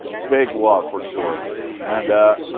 big love for sure and.